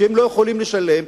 שלא יכולות לשלם,